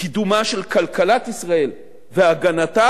קידומה של כלכלת ישראל והגנתה